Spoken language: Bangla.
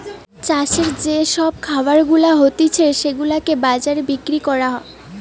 চাষের যে সব খাবার গুলা হতিছে সেগুলাকে বাজারে বিক্রি করা